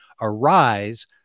Arise